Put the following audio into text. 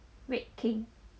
red king